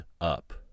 up